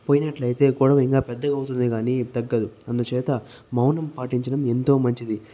పోయినట్టయితే గొడవ ఇంకా పెద్దది అవుతుంది కానీ తగ్గదు అందుచేత మౌనం పాటించడం ఎంతో మంచిది